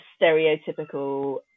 stereotypical